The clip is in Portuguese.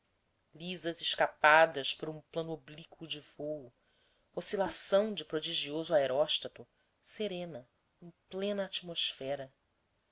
lisas escapadas por um plano oblíquo de vôo oscilação de prodigioso aeróstato serena em plena atmosfera